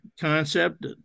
concept